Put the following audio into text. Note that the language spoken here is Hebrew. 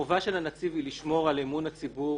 החובה של הנציב היא לשמור על אמון הציבור